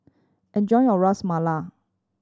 enjoy your Ras Malai